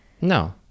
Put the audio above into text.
No